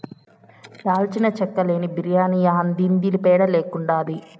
దాల్చిన చెక్క లేని బిర్యాని యాందిది పేడ లెక్కుండాది